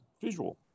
visual